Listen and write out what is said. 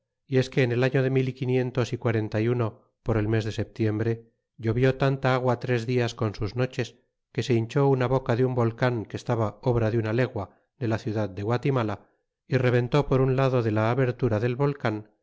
y es que en el año de mil y quinientos y quarenta y uno por el mes de setiembre llovió tanta agua tres dias con sus noch es que se hinchó una boca de un volean que estaba obra de una legua de la ciudad de guatimala y rebentó por un lado de la abertura del volean